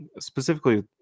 Specifically